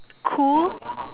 cool